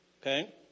Okay